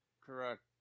Correct